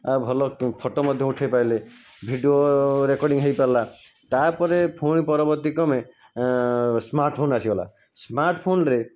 ଆଉ ଭଲ ଫୋଟୋ ମଧ୍ୟ ଉଠେଇ ପାଇଲେ ଭିଡି଼ଓ ରେକୋଡି଼ଙ୍ଗ ହେଇପାରିଲା ତା'ପରେ ପୁଣି ପରବର୍ତ୍ତୀ କ୍ରମେ ସ୍ମାର୍ଟଫୋନ୍ ଆସିଗଲା ସ୍ମାର୍ଟଫୋନ୍ରେ